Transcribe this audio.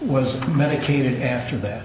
was medicated after that